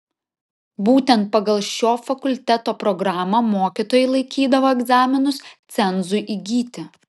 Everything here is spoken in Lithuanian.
būtent pagal šio fakulteto programą mokytojai laikydavo egzaminus cenzui įgyti